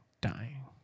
dying